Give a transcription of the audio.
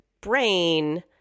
brain